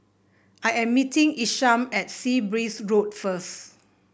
I am meeting Isham at Sea Breeze Road first